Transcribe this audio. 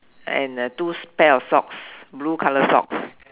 and two pair of socks blue colour socks